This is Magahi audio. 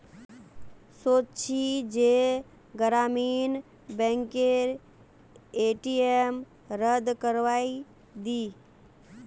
सोच छि जे ग्रामीण बैंकेर ए.टी.एम रद्द करवइ दी